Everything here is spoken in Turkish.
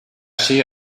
şeyi